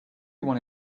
one